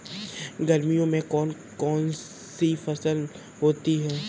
गर्मियों में कौन कौन सी फसल होती है?